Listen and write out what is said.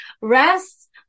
rest